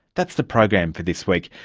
that's the program for this week.